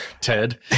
Ted